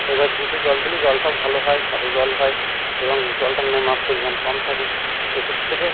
এবার ডিপে জল দিলে জলটা ভালো হয় স্বাদু জল হয় এবং জলটায় নোনার পরিমাণ কম থাকে এক্ষেত্রে